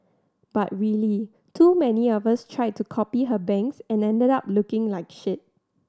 but really too many of us tried to copy her bangs and ended up looking like shit